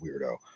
weirdo